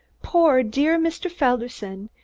poor, dear mr. felderson.